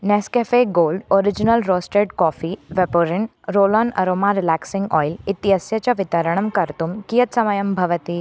Nescafe gold original roasted coffee Vaporint roll on aroma relaxing oil इत्यस्य च वितरणं कर्तुं कियत् समयं भवति